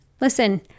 Listen